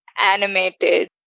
animated